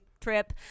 trip